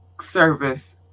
service